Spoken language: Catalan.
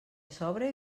sobre